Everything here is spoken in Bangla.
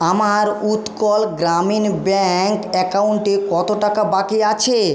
আমার উৎকল গ্রামীণ ব্যাঙ্ক অ্যাকাউন্টে কত টাকা বাকি আছে